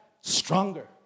stronger